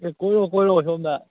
ꯑꯦ ꯀꯣꯏꯔꯛꯑꯣ ꯀꯣꯏꯔꯛꯑꯣ ꯁꯣꯝꯗ